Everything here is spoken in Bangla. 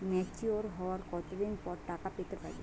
ম্যাচিওর হওয়ার কত দিন পর টাকা পেতে পারি?